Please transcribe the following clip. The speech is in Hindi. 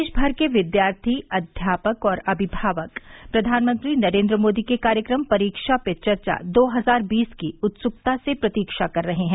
देशभर के विद्यार्थी अध्यापक और अभिभावक प्रधानमंत्री नरेन्द्र मोदी के कार्यक्रम परीक्षा पे चर्चा दो हजार बीस की उत्सुकता से प्रतीक्षा कर रहे हैं